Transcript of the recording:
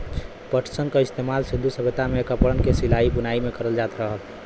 पटसन क इस्तेमाल सिन्धु सभ्यता में कपड़न क सिलाई बुनाई में करल जात रहल